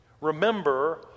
Remember